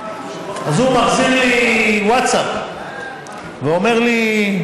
אז הוא מחזיר לי ווטסאפ ואומר לי: